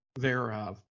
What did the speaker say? thereof